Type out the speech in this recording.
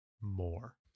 more